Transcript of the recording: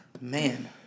man